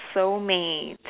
soulmate